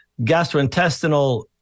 gastrointestinal